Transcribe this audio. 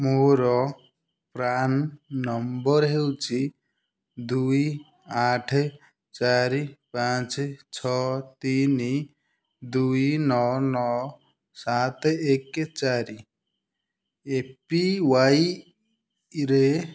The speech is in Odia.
ମୋର ପ୍ରାନ୍ ନମ୍ବର୍ ହେଉଛି ଦୁଇ ଆଠ ଚାରି ପାଞ୍ଚ ଛଅ ତିନି ଦୁଇ ନଅ ନଅ ସାତ ଏକ ଚାରି ଏ ପି ୱାଇ ରେ